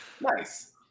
Nice